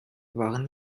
waren